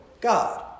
God